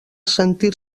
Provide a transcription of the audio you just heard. sentir